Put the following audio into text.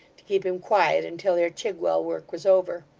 keep him quiet until their chigwell work was over.